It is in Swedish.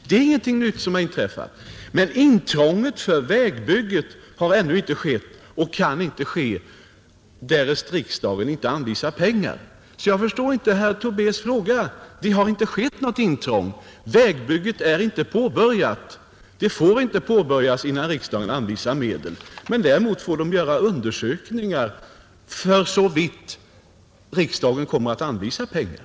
Det är ingenting nytt som har inträffat. Intrånget för vägbygget har ännu inte skett och kan inte ske därest riksdagen inte anvisar pengar, så jag förstår inte herr Tobés fråga. Det har inte skett något intrång. Vägbygget är inte påbörjat — det får inte påbörjas innan riksdagen anvisar medel. Däremot får man göra de undersökningar som behövs om riksdagen kommer att anvisa pengar.